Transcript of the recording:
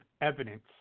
evidence